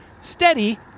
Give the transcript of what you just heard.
Steady